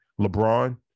LeBron